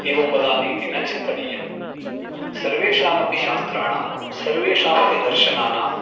एवं वदामि इति न चिन्तनीयं सर्वेषामपि शास्त्राणां सर्वेषामपि दर्शनानां